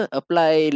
apply